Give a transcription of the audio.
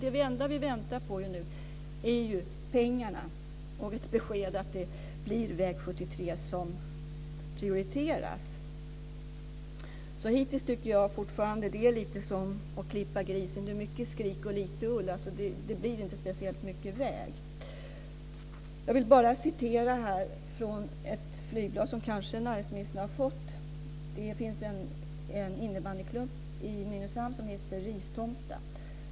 Det enda som vi nu väntar på är pengarna och ett besked att det blir väg 73 som prioriteras. Fortfarande tycker jag att detta lite grann är som att klippa grisen - mycket skrik och lite ull. Det blir inte speciellt mycket väg. Jag har ett flygblad som näringsministern kanske har fått. Det handlar om en innebandyklubb i Nynäshamn som heter Ristomta.